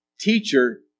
Teacher